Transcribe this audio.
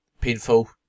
painful